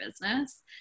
business